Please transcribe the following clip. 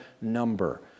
number